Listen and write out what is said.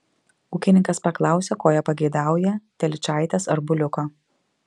ūkininkas paklausė ko jie pageidaują telyčaitės ar buliuko